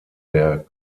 der